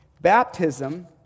Baptism